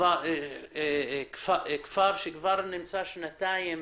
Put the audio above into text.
זה כפר שנמצא כבר שנתיים